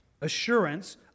Assurance